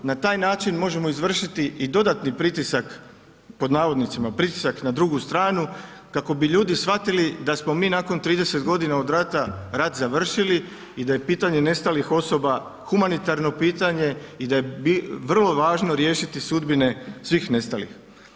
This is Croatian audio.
Na taj način možemo izvršiti i dodatni pritisak, pod navodnicima pritisak na drugu stranu, kako bi ljudi shvatili da smo mi nakon 30 godina od rata, rat završili i da je pitanje nestalih osoba humanitarno pitanje i da je vrlo važno riješiti sudbine svih nestalih.